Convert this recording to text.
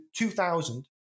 2000